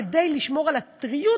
כדי לשמור על הטריות,